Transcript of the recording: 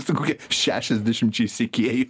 kokiai šešiadešimčiai sekėjų